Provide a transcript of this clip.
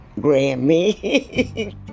Grammy